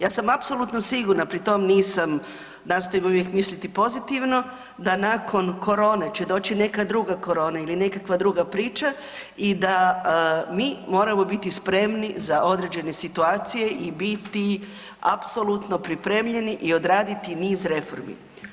Ja sam apsolutno sigurno sigurna, pri tom nisam, nastojim uvijek misliti pozitivno da nakon korone će doći neka druga korona ili nekakva druga priča i da mi moramo biti spremni za određene situacije i biti apsolutno pripremljeni i odraditi niz reformi.